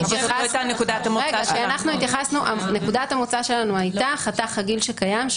נקודת המוצא שלנו הייתה חתך הגיל שקיים,